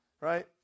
right